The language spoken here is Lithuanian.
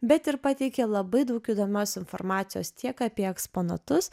bet ir pateikia labai daug įdomios informacijos tiek apie eksponatus